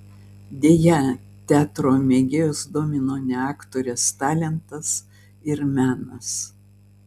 deja teatro mėgėjus domino ne aktorės talentas ir menas